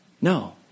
No